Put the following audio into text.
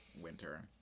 Winter